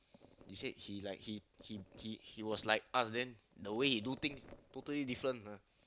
he said he like he he he he was like us then in the way he do things totally different ah